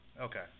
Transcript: Okay